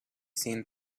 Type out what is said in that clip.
seen